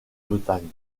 bretagne